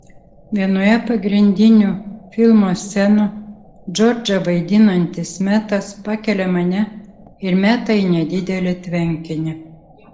vienoje pagrindinių filmo scenų džordžą vaidinantis metas pakelia mane ir meta į nedidelį tvenkinį